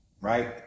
right